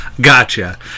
Gotcha